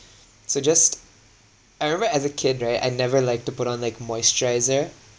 so just I remember as a kid right I never liked to put on like moisturiser